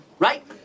Right